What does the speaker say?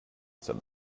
said